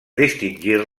distingir